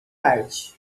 arte